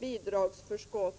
bidragsförskott.